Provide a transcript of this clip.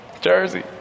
Jersey